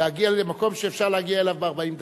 להגיע למקום שאפשר להגיע אליו ב-40 דקות.